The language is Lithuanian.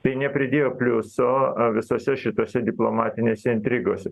tai nepridėjo pliuso visose šitose diplomatinėse intrigose